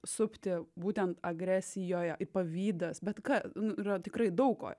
supti būtent agresijoje į pavydas bet ka yra tikrai daug ko